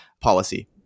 policy